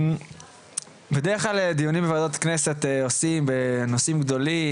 בדרך כלל דיונים בוועדת הכנסת עושים בנושאים גדולים,